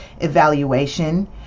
evaluation